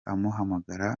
amuhamagara